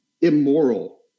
immoral